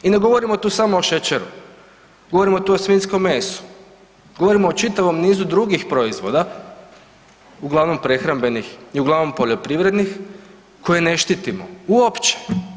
I ne govorimo tu samo o šećeru, govorimo tu o svinjskom mesu, govorimo o čitavom nizu drugih proizvoda uglavnom prehrambenih i uglavnom poljoprivrednih koje ne štitimo uopće.